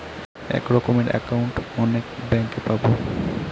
এক রকমের একাউন্ট অনেক ব্যাঙ্কে পাবো